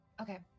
Okay